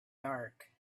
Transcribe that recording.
dark